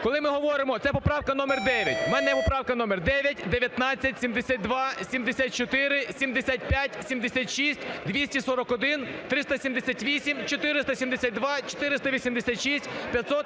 коли ми говоримо… Це поправка номер 9. У мене поправка номер 9, 19, 72, 74, 75, 76, 241, 378, 472, 486, 500